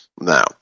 now